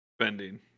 spending